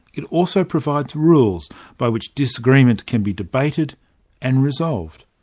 it also provides rules by which disagreement can be debated and resolved.